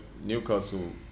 Newcastle